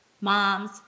Moms